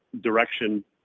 direction